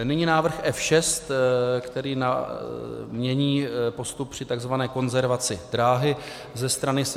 Nyní návrh F6, který mění postup při tzv. konzervaci dráhy ze strany SŽDC.